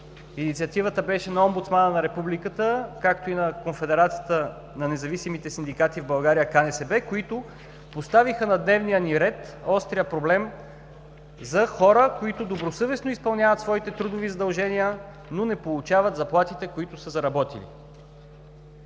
инициативата беше на омбудсмана на Републиката, както и на Конфедерацията на независимите синдикати в България – КНСБ, които поставиха на дневния ни ред острия проблем за хора, които добросъвестно изпълняват своите трудови задължения, но не получават заплатите, които са заработили.